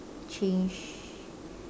change